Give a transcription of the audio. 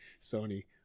Sony